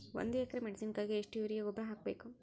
ಒಂದು ಎಕ್ರೆ ಮೆಣಸಿನಕಾಯಿಗೆ ಎಷ್ಟು ಯೂರಿಯಾ ಗೊಬ್ಬರ ಹಾಕ್ಬೇಕು?